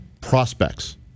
prospects